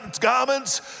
garments